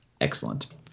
excellent